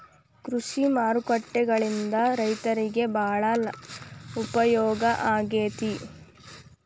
ಕೃಷಿ ಮಾರುಕಟ್ಟೆಗಳಿಂದ ರೈತರಿಗೆ ಬಾಳ ಉಪಯೋಗ ಆಗೆತಿ